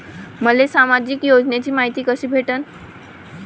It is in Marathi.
मले सामाजिक योजनेची मायती कशी भेटन?